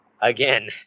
Again